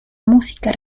música